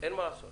שאין מה לעשות